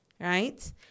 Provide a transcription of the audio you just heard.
Right